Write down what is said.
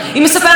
והיא מעורערת,